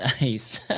Nice